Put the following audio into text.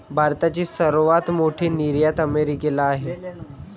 भारताची सर्वात मोठी निर्यात अमेरिकेला आहे